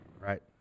right